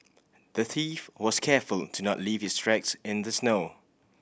the thief was careful to not leave his tracks in the snow